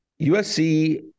USC